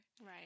right